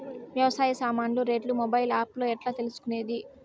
వ్యవసాయ సామాన్లు రేట్లు మొబైల్ ఆప్ లో ఎట్లా తెలుసుకునేది?